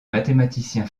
mathématicien